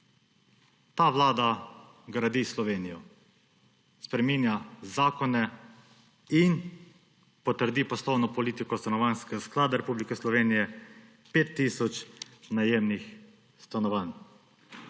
Ta vlada gradi Slovenijo, spreminja zakone in potrdi poslovno politiko Stanovanjskega sklada Republike Slovenije, 5 tisoč najemnih stanovanj.